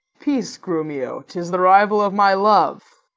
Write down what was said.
peace, grumio! tis the rival of my love.